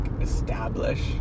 establish